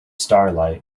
starlight